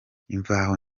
imvaho